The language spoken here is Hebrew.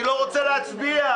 אני לא רוצה להצביע.